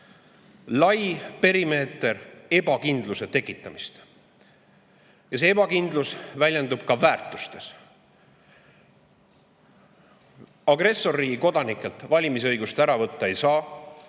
Lai perimeeter ebakindluse tekitamist! Ebakindlus väljendub ka väärtustes. Agressorriigi kodanikelt valimisõigust ära võtta ei saa,